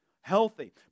healthy